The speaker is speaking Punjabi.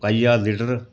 ਪਾਈਆ ਲੀਟਰ